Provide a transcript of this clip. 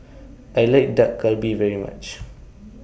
I like Dak Galbi very much